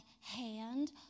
hand